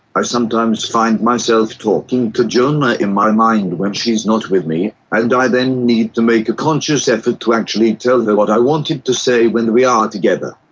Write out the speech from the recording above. sometimes find myself talking to joanna in my mind when she is not with me, and i then need to make a conscious effort to actually tell her what i wanted to say when we are together.